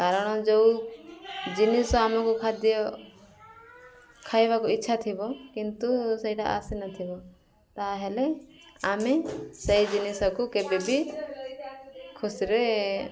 କାରଣ ଯେଉଁ ଜିନିଷ ଆମକୁ ଖାଦ୍ୟ ଖାଇବାକୁ ଇଚ୍ଛା ଥିବ କିନ୍ତୁ ସେଇଟା ଆସିନଥିବ ତାହେଲେ ଆମେ ସେଇ ଜିନିଷକୁ କେବେ ବି ଖୁସିରେ